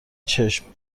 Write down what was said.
چشم